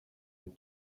les